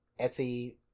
Etsy